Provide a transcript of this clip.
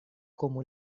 como